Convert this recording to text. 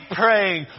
praying